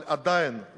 אבל עדיין,